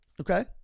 Okay